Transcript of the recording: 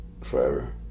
forever